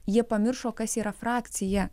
jie pamiršo kas yra frakcija